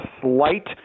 slight